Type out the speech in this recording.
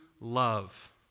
love